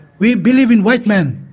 we believe in white man.